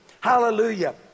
Hallelujah